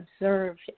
observed